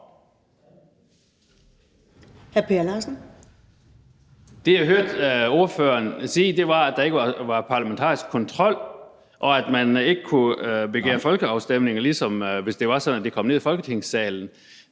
Det, jeg hørte ordføreren sige, var, at der ikke var parlamentarisk kontrol, og at man ikke kunne begære folkeafstemning, hvis det var sådan, at det kom ned i Folketingssalen.